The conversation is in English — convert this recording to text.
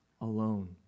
alone